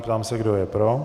Ptám se, kdo je pro.